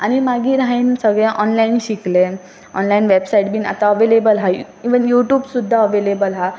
आनी मागीर हांयेंन सगळें ऑनलायन शिकलें ऑनलायन वेबसायट बीन आतां अवेलेबल आसा इवन यू ट्यूब सुद्दां अवेलेबल आसा